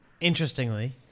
interestingly